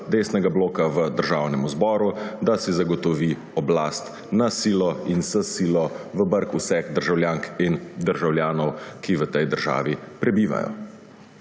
desnega bloka v Državnem zboru, da se zagotovi oblast na silo in s silo v brk vseh državljank in državljanov, ki v tej državi prebivajo.